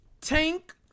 Tank